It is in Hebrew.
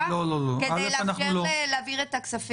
אני מבקש לקבל את הנתונים